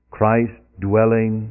Christ-dwelling